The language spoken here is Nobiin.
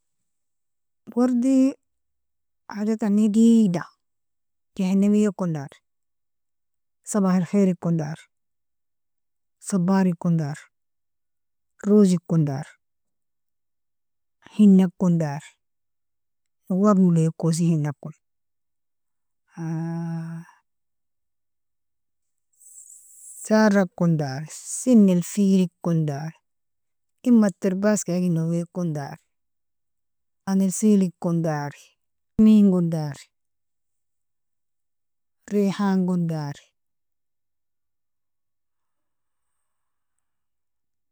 Wardi hajatani digda Jahanamia kondar sabah alkheir kondar, sabar kondar, ros kondar, hina kondar, nowar nolo wakiosi hinakon sara kondar, sin alfel kondar, imat tarbas igina wakondar, adan alfel kondari, noise kondar, rihan kondar.